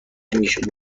میشد